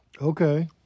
Okay